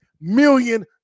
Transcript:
million